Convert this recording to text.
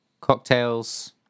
cocktails